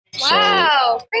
Wow